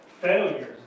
failures